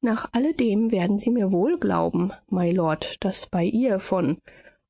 nach alledem werden sie mir wohl glauben mylord daß bei ihr von